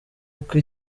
uko